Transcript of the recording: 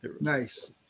Nice